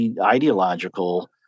ideological